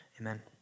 Amen